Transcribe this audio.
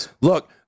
look